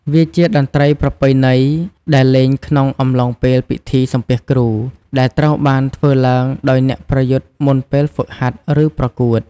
វាជាតន្ត្រីប្រពៃណីដែលលេងក្នុងអំឡុងពេលពិធី សំពះគ្រូ ដែលត្រូវបានធ្វើឡើងដោយអ្នកប្រយុទ្ធមុនពេលហ្វឹកហាត់ ឬប្រកួត។